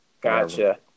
gotcha